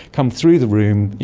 come through the room,